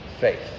faith